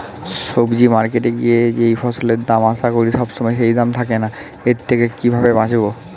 সবজি মার্কেটে গিয়ে যেই ফসলের দাম আশা করি সবসময় সেই দাম থাকে না এর থেকে কিভাবে বাঁচাবো?